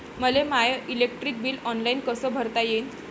मले माय electric bill online कस भरता येईन?